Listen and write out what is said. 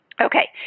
Okay